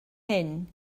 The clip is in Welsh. hyn